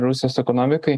rusijos ekonomikai